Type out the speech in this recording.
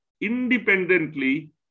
independently